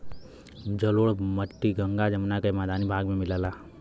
जलोढ़ मट्टी गंगा जमुना के मैदानी भाग में मिलला